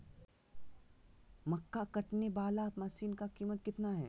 मक्का कटने बाला मसीन का कीमत कितना है?